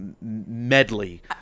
medley